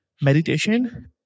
meditation